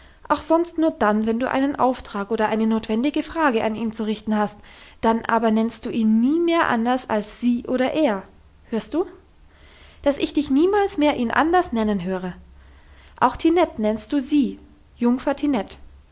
auch sonst nur dann wenn du einen auftrag oder eine notwendige frage an ihn zu richten hast dann aber nennst du ihn nie mehr anders als sie oder er hörst du dass ich dich niemals mehr ihn anders nennen höre auch tinette nennst du sie jungfer tinette